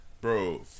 Bro